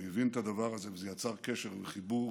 הוא הבין את הדבר הזה, וזה יצר קשר וחיבור